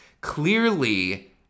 Clearly